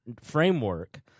framework